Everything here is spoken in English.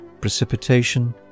Precipitation